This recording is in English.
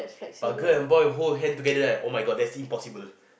but girl and boy hold hand together right oh-my-God that's impossible